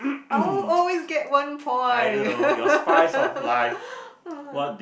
oh oh you get one point